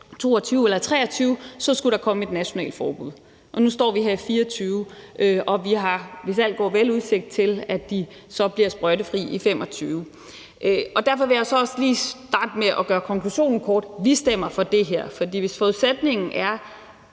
2022 eller 2023, skulle der komme et nationalt forbud. Nu står vi her i 2024, og hvis alt går vel, har vi udsigt til, at de så bliver sprøjtefri i 2025. Derfor vil jeg så lige starte med at gøre konklusionen kort: Vi stemmer for det her. Hvis forudsætningen er,